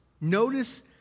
Notice